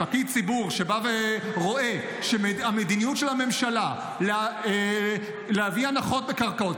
מפקיד ציבור שבא ורואה שהמדיניות של הממשלה להביא הנחות בקרקעות,